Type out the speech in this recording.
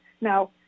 Now